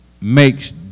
makes